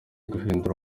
guhindura